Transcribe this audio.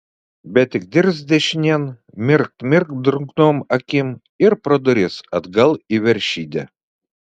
bet tik dirst dešinėn mirkt mirkt drungnom akim ir pro duris atgal į veršidę